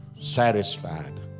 satisfied